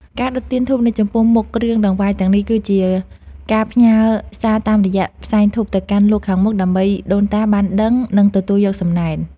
ការដុតទៀនធូបនៅចំពោះមុខគ្រឿងដង្វាយទាំងនេះ គឺជាការផ្ញើសារតាមរយៈផ្សែងធូបទៅកាន់លោកខាងមុខដើម្បីឱ្យដូនតាបានដឹង និងទទួលយកសំណែន។